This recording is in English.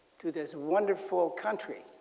to this wonderful country.